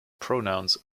pronouns